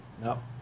No